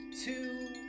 two